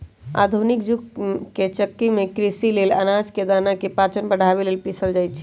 आधुनिक जुग के चक्की में कृषि लेल अनाज के दना के पाचन बढ़ाबे लेल पिसल जाई छै